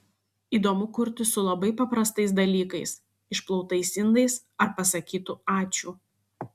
įdomu kurti su labai paprastais dalykais išplautais indais ar pasakytu ačiū